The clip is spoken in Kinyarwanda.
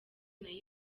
nayo